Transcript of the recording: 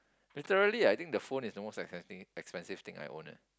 literally I think the phone is almost expensive expensive thing I owned